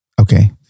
Okay